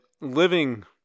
living